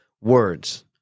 words